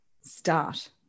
Start